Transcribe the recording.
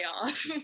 off